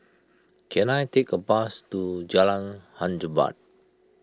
can I take a bus to Jalan Hang Jebat